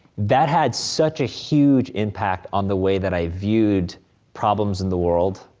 that had such a huge impact on the way that i viewed problems in the world,